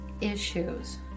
issues